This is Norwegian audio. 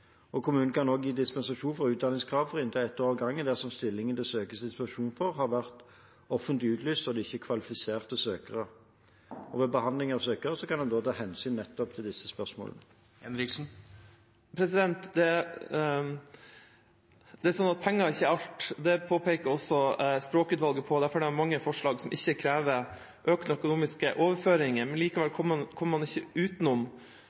kan også gi dispensasjon fra utdanningskravet for inntil ett år om gangen dersom stillingen det søkes dispensasjon for, har vært offentlig utlyst og det ikke er kvalifiserte søkere. Ved behandling av søkere kan man ta hensyn til nettopp disse spørsmålene. Penger er ikke alt. Det påpeker også språkutvalget, for det er mange forslag som ikke krever økte økonomiske overføringer. Likevel kommer man ikke utenom